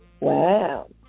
Wow